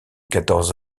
quatorze